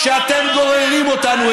כי אתם ביישתם את הבית בהתנהגות,